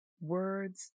words